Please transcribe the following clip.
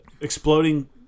exploding